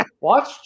watch